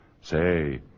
say